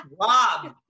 Rob